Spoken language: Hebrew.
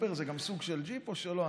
טרופר זה גם סוג של ג'יפ או שלא?